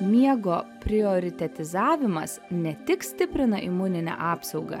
miego prioritetizavimas ne tik stiprina imuninę apsaugą